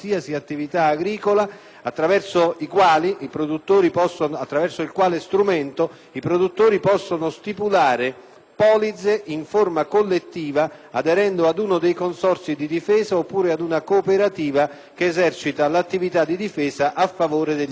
attraverso il quale i produttori possono stipulare polizze in forma collettiva aderendo ad uno dei consorzi di difesa oppure ad una cooperativa che esercita l'attività di difesa a favore degli associati.